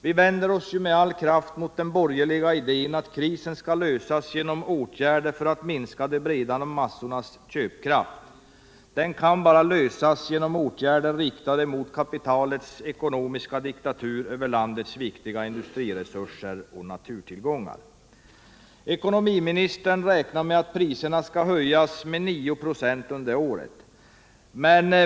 Vi vänder oss med all kraft mot den borgerliga idén att krisen skall lösas genom åtgärder för att minska de breda massornas köpkraft. Krisen kan bara lösas genom åtgärder riktade mot kapitalets ekonomiska diktatur över landets viktiga industriresurser och naturtillgångar. Ekonomiministern räknar med att priserna skall höjas med 9 96 underåret.